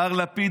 מר לפיד,